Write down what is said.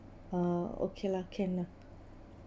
ah okay lah can lah